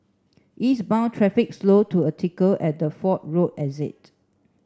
eastbound traffic slowed to a trickle at the Fort Road exit